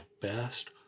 best